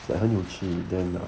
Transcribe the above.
很有趣 then ah